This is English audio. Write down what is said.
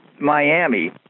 Miami